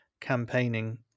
campaigning